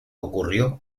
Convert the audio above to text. ocurrió